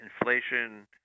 inflation